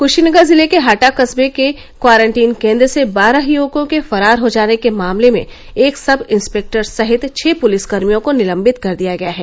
कुशीनगर जिले के हाटा कखे के क्वारंटीन केंद्र से बारह युवकों के फरार हो जाने के मामले में एक सब इंस्पेक्टर सहित छह पुलिसकर्मियों को निलंबित कर दिया गया है